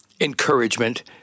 encouragement